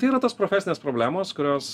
tai yra tos profesinės problemos kurios